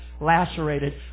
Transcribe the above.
lacerated